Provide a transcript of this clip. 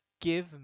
give